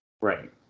Right